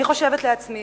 אני חושבת לעצמי,